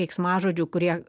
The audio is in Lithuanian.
veiksmažodžių kurie